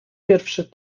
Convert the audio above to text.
pierwszy